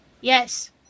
Yes